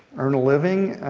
earn a living.